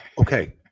Okay